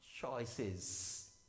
choices